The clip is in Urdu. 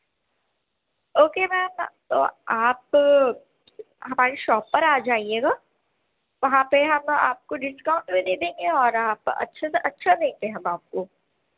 اوکے میم تو آپ ہماری شاپ پر آ جائیے گا وہاں پہ ہم آپ کو ڈسکاؤنٹ بھی دے دیں گے اور آپ اچھے سے اچھا دیں گے ہم آپ کو